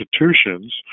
institutions